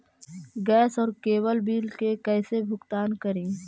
Gas और cable bill के कैसे भुगतान करी?